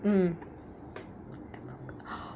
mm